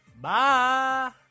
Bye